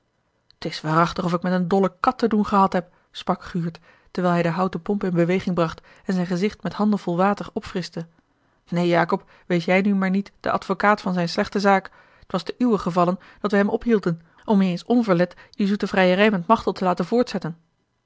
t is waarachtig of ik met een dolle kat te doen gehad heb sprak guurt terwijl hij de houten pomp in beweging a l g bosboom-toussaint de delftsche wonderdokter eel en zijn gezicht met handen vol water opfrischte neen jacob wees jij nu maar niet de advocaat van zijne slechte zaak het was te uwen gevallen dat we hem ophielden om je eens onverlet je zoete vrijerij met machteld te laten voortzetten